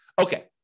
Okay